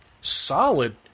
solid